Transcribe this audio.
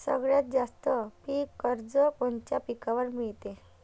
सगळ्यात जास्त पीक कर्ज कोनच्या पिकावर मिळते?